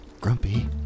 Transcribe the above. grumpy